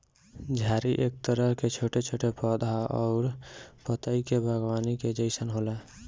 झाड़ी एक तरह के छोट छोट पौधा अउरी पतई के बागवानी के जइसन होला